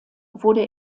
wurde